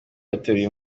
ateruye